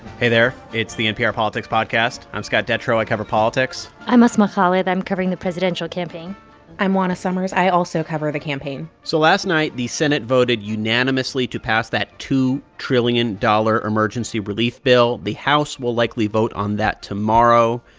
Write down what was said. hey there. it's the npr politics podcast. i'm scott detrow. i cover politics i'm asma khalid. i'm covering the presidential campaign i'm juana summers. i also cover the campaign so last night the senate voted unanimously to pass that two dollars trillion emergency relief bill. the house will likely vote on that tomorrow.